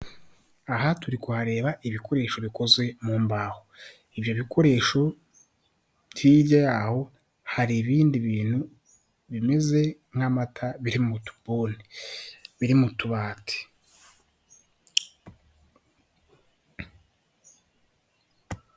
Aha turi kuhareba ibikoresho bikozwe mu mbaho, ibyo bikoresho hirya yaho hari ibindi bintu bimeze nk'amata biri mu tubuni biri mu tubati.